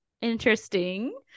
Interesting